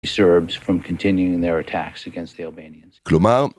כלומר